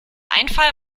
einfall